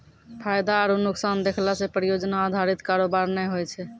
फायदा आरु नुकसान देखला से परियोजना अधारित कारोबार नै होय छै